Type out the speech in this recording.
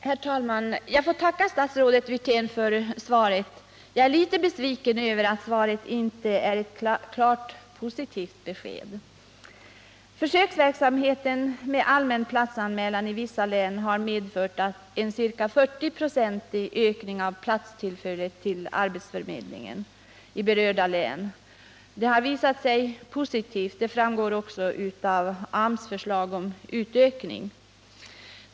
Herr talman! Jag får tacka statsrådet Wirtén för svaret. Jag är litet besviken över att svaret inte är ett klart positivt besked. Försöksverksamheten med allmän platsanmälan i vissa län har medfört en ca 40-procentig ökning av platstillflödet till arbetsförmedlingarna i berörda län. Det har varit positivt, vilket också framgår av AMS förslag om utökning.